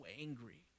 angry